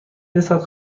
رسد